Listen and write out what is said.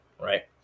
right